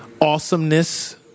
awesomeness